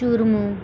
churma